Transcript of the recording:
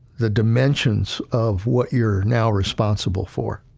the dimensions of what you're now responsible for.